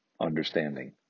understanding